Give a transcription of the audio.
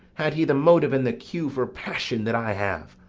had he the motive and the cue for passion that i have?